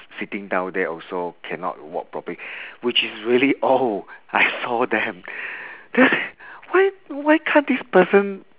sitting down there also cannot walk properly which is really old I saw them then I said why why can't this person